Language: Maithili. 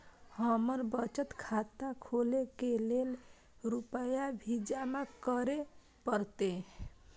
हमर बचत खाता खोले के लेल रूपया भी जमा करे परते?